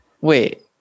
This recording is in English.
wait